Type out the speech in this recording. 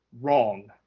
wrong